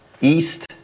East